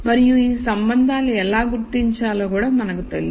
మరియు ఈ సంబంధాలను ఎలా గుర్తించాలో కూడా మనకు తెలుసు